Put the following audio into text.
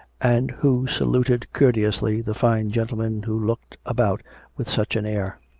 and who saluted courteously the fine gentleman who looked about with such an air.